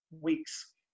weeks